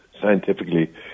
scientifically